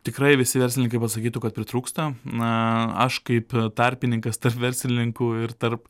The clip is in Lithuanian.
tikrai visi verslininkai pasakytų kad pritrūksta na aš kaip tarpininkas tarp verslininkų ir tarp